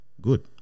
good